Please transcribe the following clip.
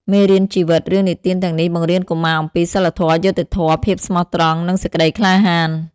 មេរៀនជីវិត រឿងនិទានទាំងនេះបង្រៀនកុមារអំពី សីលធម៌ យុត្តិធម៌ ភាពស្មោះត្រង់ និង សេចក្ដីក្លាហាន។